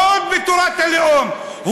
עוד בתורת הלאום.